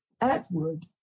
Atwood